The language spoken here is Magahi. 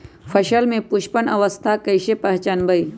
फसल में पुष्पन अवस्था कईसे पहचान बई?